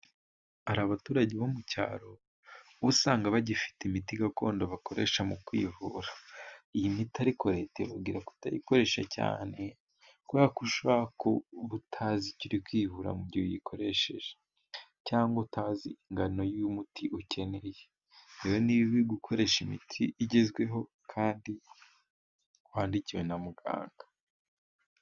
Hari abaturage bo mu cyaro bo usanga bagifite imiti gakondo bakoresha mu kwivura. Iyi miti ariko Leta ibabwira kutayikoresha cyane, kubera ko ushobora kuba utazi icyo uri kwivura mu gihe uyikoresheje, cyangwa utazi ingano y'umuti ukeneye. Rero ni bibi gukoresha imiti igezweho kandi wandikiwe na muganga.